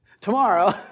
Tomorrow